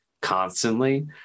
constantly